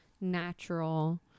natural